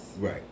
Right